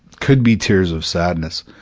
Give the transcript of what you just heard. could be tears of sadness,